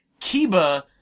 Kiba